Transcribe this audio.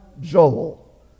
Joel